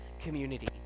community